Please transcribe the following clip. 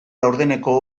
laurdeneko